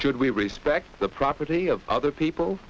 should we respect the property of other people